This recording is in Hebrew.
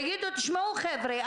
ויגידו: תשמעו חבר'ה,